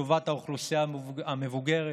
לטובת האוכלוסייה המבוגרת,